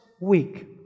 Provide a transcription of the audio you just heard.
week